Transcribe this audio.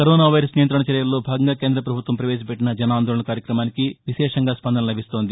corona virus నియంతణ చర్యల్లో భాగంగా కేంద్రపభుత్వం ప్రవేశపెట్టిన జన్ ఆందోళన్ కార్యక్రమానికి విశేష స్పందన లభిస్తోంది